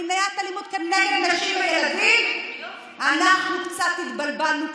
למניעת אלימות נגד נשים וילדים אנחנו קצת התבלבלנו,